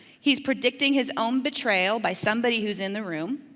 he's predicting his own betrayal by somebody who's in the room.